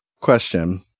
Question